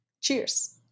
Cheers